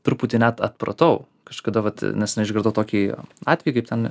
truputį net atpratau kažkada vat neseniai išgirdau tokį atvejį kaip ten